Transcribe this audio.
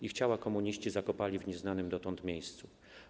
Ich ciała komuniści zakopali w nieznanym dotąd miejscu.